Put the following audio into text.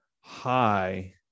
high